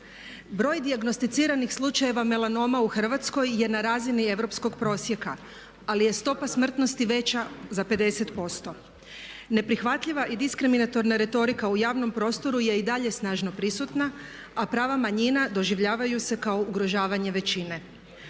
Broj dijagnosticiranih slučajeva melanoma u Hrvatskoj je na razini europskog prosjeka ali je stopa smrtnosti veća za 50%. Neprihvatljiva i diskriminatorna retorika u javnom prostoru je i dalje snažno prisutna a prava manjina doživljavaju se kao ugrožavanje većine.